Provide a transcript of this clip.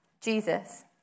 Jesus